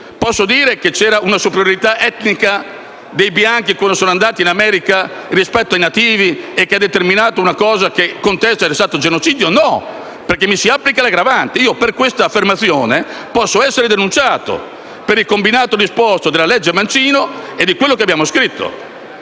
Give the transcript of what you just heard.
Posso dire che c'era una superiorità etnica dei bianchi quando sono andati in America rispetto ai nativi e che tutto ciò ha determinato una situazione che contesto essere stata un genocidio? No, perché mi si applica l'aggravante. Io per questa affermazione posso essere denunciato, per il combinato disposto della legge Mancino e di quello che abbiamo scritto.